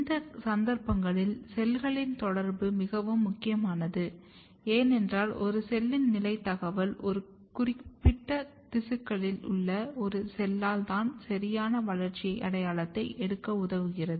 இந்த சந்தர்ப்பங்களில் செல்களின் தொடர்பு மிகவும் முக்கியமானது ஏனென்றால் ஒரு செல்லின் நிலை தகவல் ஒரு குறிப்பிட்ட திசுக்களில் உள்ள ஒரு செல்லால் தான் சரியான வளர்ச்சி அடையாளத்தை எடுக்க உதவுகிறது